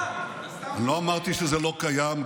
אני לא אמרתי שזה לא קיים.